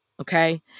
Okay